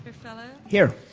fellow. here.